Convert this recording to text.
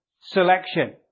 selection